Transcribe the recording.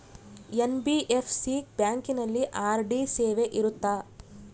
NBFC ಬ್ಯಾಂಕಿನಲ್ಲಿ RD ಸೇವೆ ಇರುತ್ತಾ?